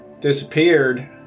disappeared